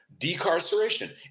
decarceration